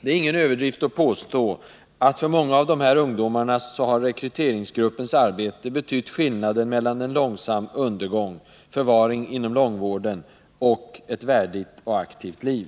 Det är ingen överdrift att påstå att för många av ungdomarna har rekryteringsgruppens arbete betytt skillnaden mellan en långsam undergång, kanske förvaring inom långvården, och ett värdigt och aktivt liv.